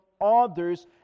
others